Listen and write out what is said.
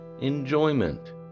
enjoyment